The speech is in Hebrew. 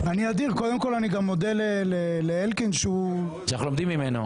קודם כול אני גם מודה לאלקין --- שאנחנו לומדים ממנו.